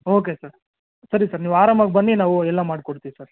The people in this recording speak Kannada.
ಓಕೆ ಸರ್ ಸರಿ ಸರ್ ನೀವು ಆರಾಮಾಗಿ ಬನ್ನಿ ನಾವು ಎಲ್ಲ ಮಾಡ್ಕೊಡ್ತೀವಿ ಸರ್